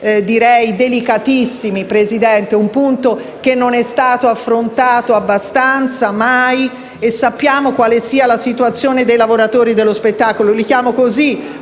punti delicatissimi. Signor Presidente, è un punto che non è mai stato affrontato abbastanza e sappiamo quale sia la situazione dei lavoratori dello spettacolo. Li chiamo così,